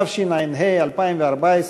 התשע"ה 2014,